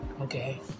Okay